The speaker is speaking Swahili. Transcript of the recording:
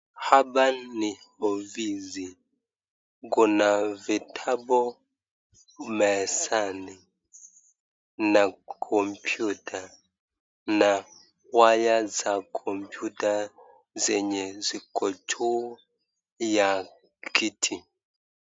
Hapa ni ofisi, kuna vitabu mezani na kompyuta na waya za kompyuta zenye ziko juu ya kiti.